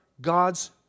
God's